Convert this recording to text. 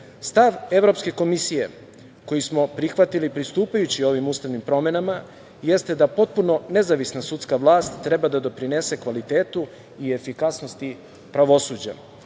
Stav Evropske komisije, koji smo prihvatili pristupajući ovim ustavnim promenama, jeste da potpuno nezavisna sudska vlast treba da doprinese kvalitetu i efikasnosti pravosuđa,